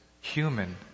human